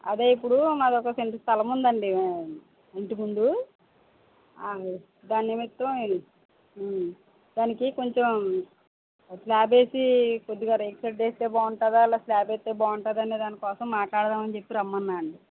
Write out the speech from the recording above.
అదే ఇప్పుడు మాది ఒక సెంట్ స్థలం ఉందండి ఇంటి ముందు అయి దానిమిత్తం దానికి కొంచెం స్లాబ్ వేసి కొద్దిగా రేకు షెడ్డు వేస్తే బాగుంటుందా లేదా స్లాబ్ వేస్తే బాగుంటుందా దానికోసం మాట్లాడదామని చెప్పి రమ్మన్నానండి